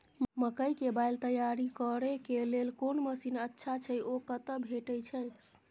मकई के बाईल तैयारी करे के लेल कोन मसीन अच्छा छै ओ कतय भेटय छै